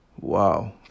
Wow